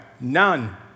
None